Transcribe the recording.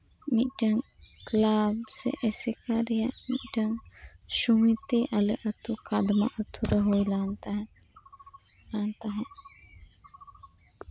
ᱢᱤᱫᱴᱮᱡ ᱠᱞᱟᱵ ᱥᱮ ᱟᱥᱮᱠᱟ ᱨᱮᱭᱟᱜ ᱢᱤᱫᱴᱮᱡ ᱥᱚᱢᱤᱛᱤ ᱟᱞᱮ ᱟᱹᱛᱩ ᱠᱟᱫᱢᱟ ᱟᱹᱛᱩ ᱨᱮ ᱦᱩᱭ ᱞᱮᱱ ᱛᱟᱦᱮᱸᱱ